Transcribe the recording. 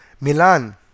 Milan